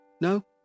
No